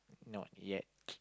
not yet